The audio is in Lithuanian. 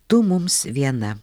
tu mums viena